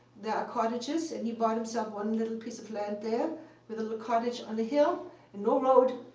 there are cottages, and he bought himself one little piece of land there with a little cottage on a hill no road.